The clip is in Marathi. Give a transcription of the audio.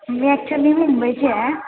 मी ॲक्च्युली मुंबईची आहे